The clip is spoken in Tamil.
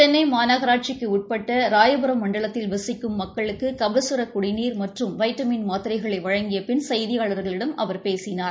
சென்னை மாநகராட்சிக்கு உட்பட்ட ராயபுரம் மண்டலத்தில் வசிக்கும் மக்களுக்கு கபசர குடிநீர் மற்றும் வைட்டமின் மாத்திரைகளை வழங்கிய பின் செய்தியாளர்களிடம் அவர் பேசினார்